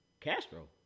Castro